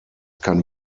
kann